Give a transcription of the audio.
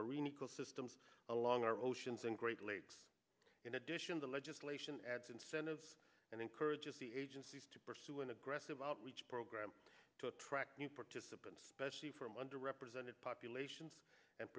marine ecosystems along our oceans and great lakes in addition the legislation adds incentive and encourages the agencies to pursue an aggressive outreach program to attract new participants specially from under represented populations and